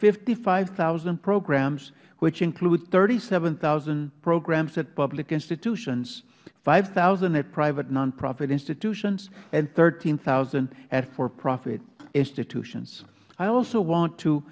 fifty five thousand programs which include thirty seven thousand programs at public institutions five thousand at private nonprofit institutions and thirteen thousand at for profit institutions i also want to